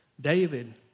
David